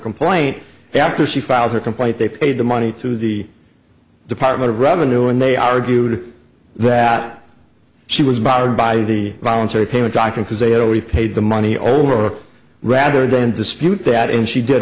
complaint after she filed her complaint they paid the money to the department of revenue and they argued that she was bound by the voluntary payment docking because they had already paid the money or rather than dispute that and she did